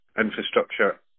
infrastructure